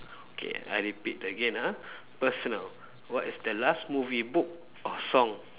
okay I repeat again ah personal what is the last movie book or song